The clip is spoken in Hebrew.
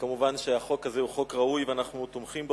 מובן שהחוק הזה הוא חוק ראוי ואנחנו תומכים בו,